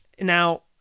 now